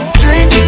drink